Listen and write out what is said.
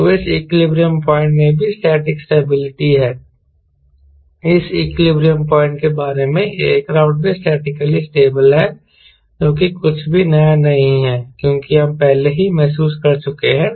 तो इस equilibrium point में भी स्टैटिक स्टेबिलिटी है इस इक्विलिब्रियम पॉइंट के बारे में एयरक्राफ्ट भी स्टैटिकली स्टेबल है जो कि कुछ भी नया नहीं है क्योंकि हम पहले ही महसूस कर चुके हैं